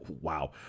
Wow